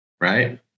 right